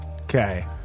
Okay